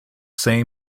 same